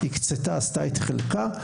הקצתה עשתה את חלקה,